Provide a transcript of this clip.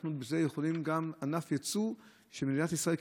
אנחנו יכולים לעשות מזה ענף יצוא של מדינת ישראל,